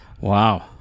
Wow